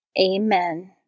Amen